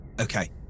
Okay